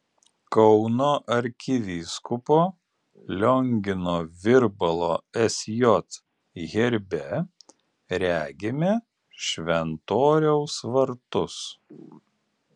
kauno arkivyskupo liongino virbalo sj herbe regime šventoriaus vartus